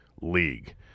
league